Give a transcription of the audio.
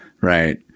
right